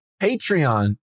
Patreon